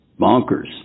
bonkers